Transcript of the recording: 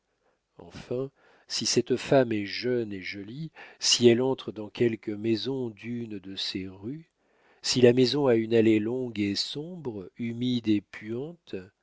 enfin si cette femme est jeune et jolie si elle entre dans quelque maison d'une de ces rues si la maison a une allée longue et sombre humide et puante